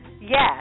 yes